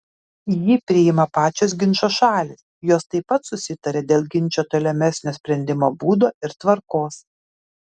jį priima pačios ginčo šalys jos taip pat susitaria dėl ginčo tolimesnio sprendimo būdo ir tvarkos